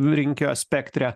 rinkėjo spektre